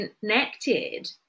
connected